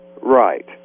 Right